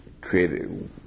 created